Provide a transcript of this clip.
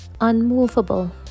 unmovable